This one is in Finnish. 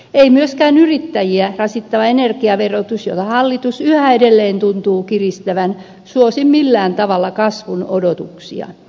ei myöskään yrittäjiä rasittava energiaverotus jota hallitus yhä edelleen tuntuu kiristävän suosi millään tavalla kasvun odotuksia